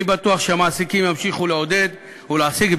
אני בטוח שהמעסיקים ימשיכו לעודד ולהעסיק את